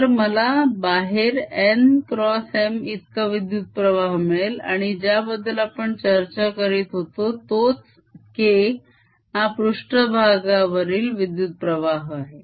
तर मला बाहेर n x M इतका विद्युत्प्रवाह मिळेल आणि ज्याबद्दल आपण चर्चा करीत होतो तोच K हा पृष्ठभागावरील विद्युत्प्रवाह आहे